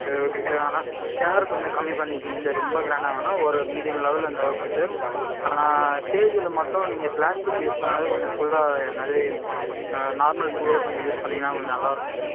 சரி okay sir ஆனால் sir கொஞ்சம் கம்மி பண்ணிக்கோங்க சார் ரொம்ப கிராண்டாக வேணாம் ஒரு மீடியம் லெவலில் இருந்தால் ஓகே சார் ஆனால் ஸ்டேஜில் மட்டும் நீங்கள் பிளாஸ்டிக் யூஸ் பண்ணாமல் கொஞ்சம் ஃபுல்லாக நிறையா நார்மல் பூவே கொஞ்சம் யூஸ் பண்ணிங்கன்னால் கொஞ்சம் நல்லாயிருக்கும் சார்